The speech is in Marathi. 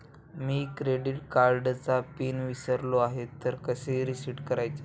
मी क्रेडिट कार्डचा पिन विसरलो आहे तर कसे रीसेट करायचे?